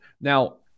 Now